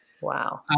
Wow